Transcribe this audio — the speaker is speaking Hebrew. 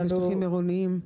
אלה שטחים עירוניים.